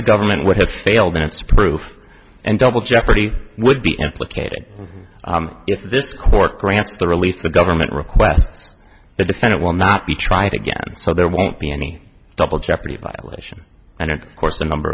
the government would have failed in its proof and double jeopardy would be implicated if this court grants the relief the government requests the defendant will not be tried again so there won't be any double jeopardy violation and course a number